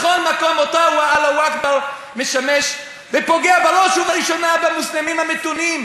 בכל מקום אותו "אללהו אכבר" משמש ופוגע בראש ובראשונה במוסלמים המתונים,